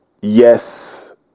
Yes